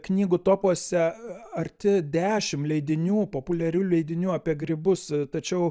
knygų topuose arti dešim leidinių populiarių leidinių apie grybus tačiau